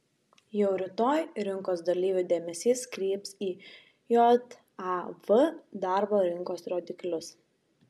jau rytoj rinkos dalyvių dėmesys kryps į jav darbo rinkos rodiklius